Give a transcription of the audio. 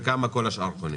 וכמה קונים כל השאר.